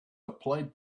applied